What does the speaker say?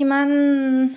সিমান